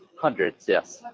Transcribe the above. hundreds, yes.